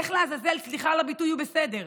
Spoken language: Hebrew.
איך, לעזאזל, סליחה על הביטוי, הוא בסדר?